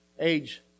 Age